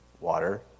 water